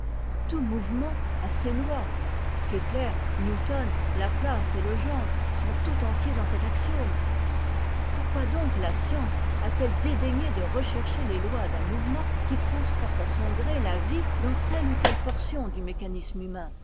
tout mouvement a ses lois kepler newton laplace et legendre sont tout entiers dans cet axiome pourquoi donc la science a-t-elle dédaigné de rechercher les lois d'un mouvement qui transporte à son gré la vie dans telle ou telle portion du mécanisme humain